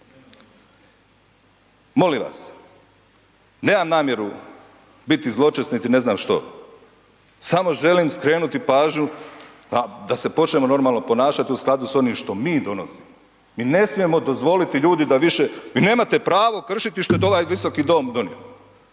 Molim vas. Nemam namjeru biti zločest niti ne znam što. Samo želim skrenuti pažnju da se počnemo normalno ponašati u skladu s onim što mi donosimo. Mi ne smijemo dozvoliti ljudi da više, vi nemate pravo kršiti što je ovaj visoki dom donio.